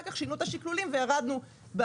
אחר כך שינו את השקלולים וירדנו בנתונים.